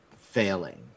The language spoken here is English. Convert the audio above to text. failing